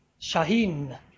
Shaheen